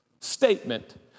statement